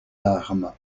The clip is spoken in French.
armes